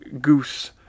goose